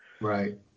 Right